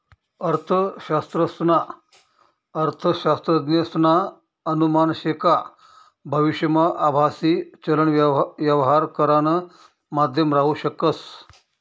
अर्थशास्त्रज्ञसना अनुमान शे का भविष्यमा आभासी चलन यवहार करानं माध्यम राहू शकस